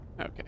Okay